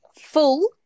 full